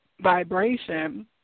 vibration